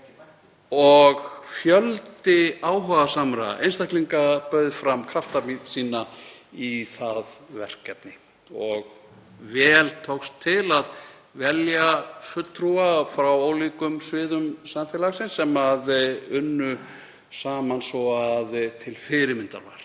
Fjöldi áhugasamra einstaklinga bauð fram krafta sína í það verkefni og vel tókst til að velja fulltrúa frá ólíkum sviðum samfélagsins sem unnu saman svo að til fyrirmyndar var,